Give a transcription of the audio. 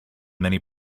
many